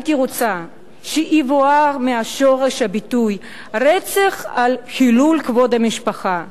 הייתי רוצה שיבוער מהשורש הביטוי "רצח על חילול כבוד המשפחה",